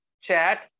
chat